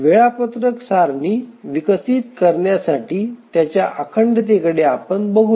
वेळापत्रक सारणी विकसित करण्यासाठी त्याच्या अखंडतेकडे पाहूया